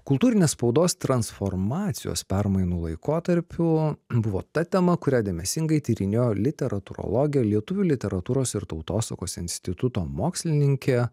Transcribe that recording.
kultūrinės spaudos transformacijos permainų laikotarpiu buvo ta tema kurią dėmesingai tyrinėjo literatūrologė lietuvių literatūros ir tautosakos instituto mokslininkė